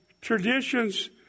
traditions